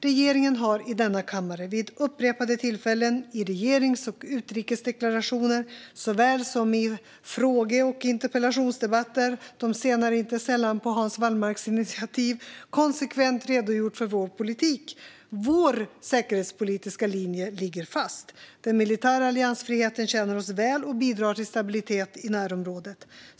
Regeringen har i denna kammare vid upprepade tillfällen i regerings och utrikesdeklarationer såväl som i frågestunds och interpellationsdebatter - de senare inte sällan på Hans Wallmarks initiativ - konsekvent redogjort för vår politik. Vår säkerhetspolitiska linje ligger fast. Den militära alliansfriheten tjänar oss väl och bidrar till stabilitet i närområdet.